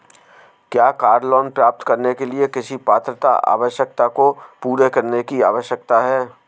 क्या car loan प्राप्त करने के लिए किसी पात्रता आवश्यकता को पूरा करने की आवश्यकता है?